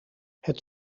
het